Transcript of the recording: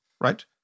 right